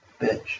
Bitch